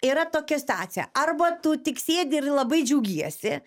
yra tokia situacija arba tu tik sėdi ir labai džiaugiesi